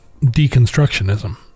deconstructionism